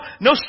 no